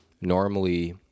normally